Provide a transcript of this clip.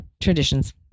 traditions